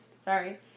Sorry